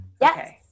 yes